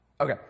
Okay